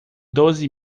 doze